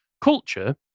culture